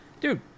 Dude